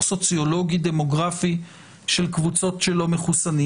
סוציולוגי-דמוגרפי של קבוצות של לא מחוסנים,